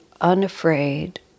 unafraid